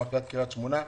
מאפיית קריית שמונה.